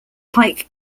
pike